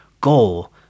goal